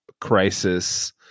crisis